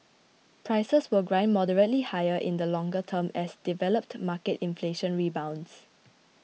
prices will grind moderately higher in the longer term as developed market inflation rebounds